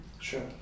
Sure